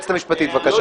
היועצת המשפטית, בבקשה.